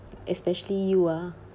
especially you ah